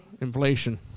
Inflation